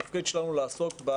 התפקיד שלנו הוא לעסוק,